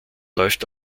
läuft